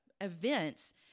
events